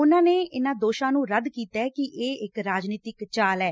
ਉਨਾਂ ਨੇ ਇਨੂਾਂ ਦੋਸ਼ਾਂ ਨੂੰ ਰੱਦ ਕੀਤਾ ਕਿ ਇਹ ਇਕ ਰਾਜਨੀਤਿਕ ਚਾਲ ਐ